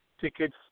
Tickets